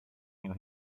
you